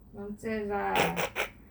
nonsense ah